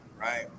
right